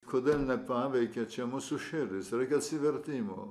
kodėl nepaveikė čia mūsų širdis reikia atsivertimo